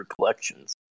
collections